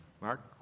Mark